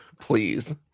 Please